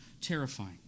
terrifying